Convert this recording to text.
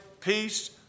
peace